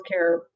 healthcare